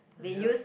yup